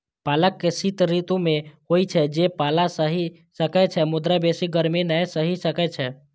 पालक शीत ऋतु मे होइ छै, जे पाला सहि सकै छै, मुदा बेसी गर्मी नै सहि सकै छै